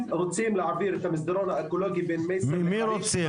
הם רוצים להעביר את המסדרון האקולוגי בין מייסר לחריש -- מי רוצה?